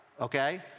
okay